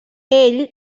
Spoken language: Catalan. ell